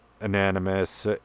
anonymous